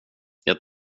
jag